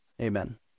amen